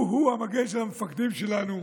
הוא-הוא המגן של המפקדים שלנו,